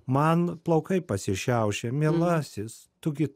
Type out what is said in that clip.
man plaukai pasišiaušė mielasis tu gi